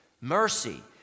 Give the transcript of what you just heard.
mercy